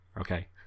Okay